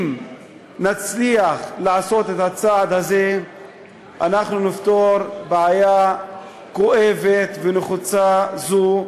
אם נצליח לעשות את הצעד הזה אנחנו נפתור בעיה כואבת ולחוצה זו,